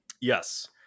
Yes